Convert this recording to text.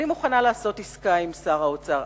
אני מוכנה לעשות עסקה עם שר האוצר,